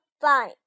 Fine